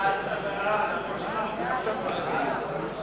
ההצעה להעביר את הצעת חוק ההגבלים העסקיים (תיקון,